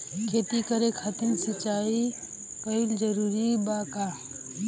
खेती करे खातिर सिंचाई कइल जरूरी बा का?